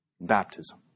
Baptism